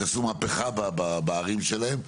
עשו מהפיכה בערים שלהם,